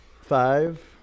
Five